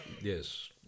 Yes